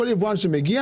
כל יבואן שמגיע.